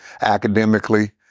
academically